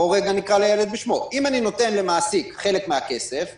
בואו נקרא לילד בשמו אם אני נותן למעסיק חלק מהכסף בעבור,